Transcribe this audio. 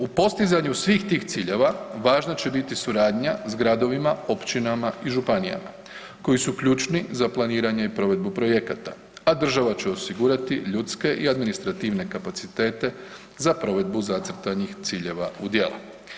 U postizanju svih tih ciljeva važna će biti suradnja s gradovima, općinama i županijama koji su ključni za planiranje i provedbu projekata, a država će osigurati ljudske i administrativne kapacitete za provedbu zacrtanih ciljeva u djela.